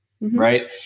right